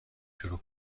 شروع